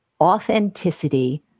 Authenticity